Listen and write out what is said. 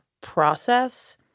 process